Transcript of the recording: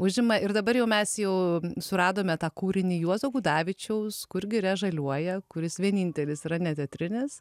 užima ir dabar jau mes jau suradome tą kūrinį juozo gudavičiaus kur giria žaliuoja kuris vienintelis yra ne teatrinis